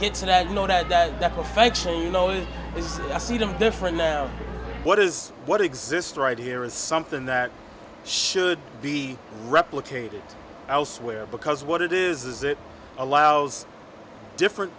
get to that you know that that that perfection you know it was i see them different now what is what exists right here is something that should be replicated elsewhere because what it is is it allows different